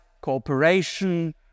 cooperation